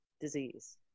disease